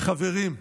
חברים,